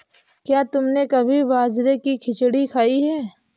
क्या तुमने कभी बाजरे की खिचड़ी खाई है?